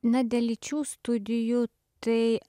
na dėl lyčių studijų tai